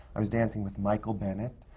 i was dancing with michael bennett,